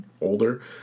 older